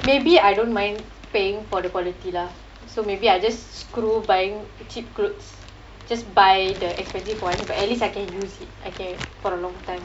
maybe I don't mind paying for the quality lah so maybe I just screw buying cheap clothes just buy the expensive one but at least I can use it I can for a long time